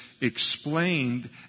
explained